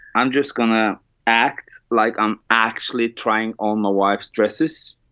i'm just going to act like i'm actually trying all my wife's dresses